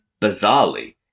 bizarrely